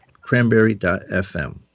cranberry.fm